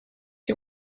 you